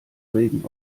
regen